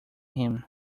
him